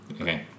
Okay